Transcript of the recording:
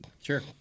Sure